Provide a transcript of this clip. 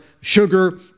sugar